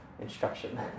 instruction